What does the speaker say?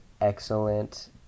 excellent